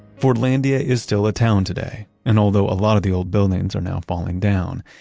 fordlandia is still a town today, and although a lot of the old buildings are now falling down,